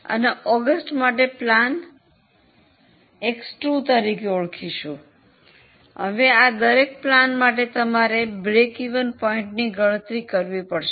અને ઓગસ્ટ માટે plan X1 તરીકે ઓળખીશું હવે આ દરેક પ્લાન માટે તમારે સમતૂર બિંદુની ગણતરી કરવી પડશે